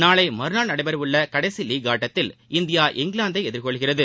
நாளை மறுநாள் நடைபெறவுள்ள கடைசி லீக் ஆட்டத்தில் இந்தியா இங்கிலாந்தை எதிர்கொள்கிறது